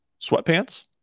sweatpants